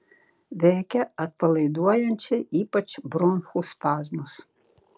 veikia atpalaiduojančiai ypač bronchų spazmus